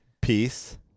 peace